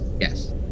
yes